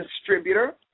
distributor